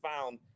found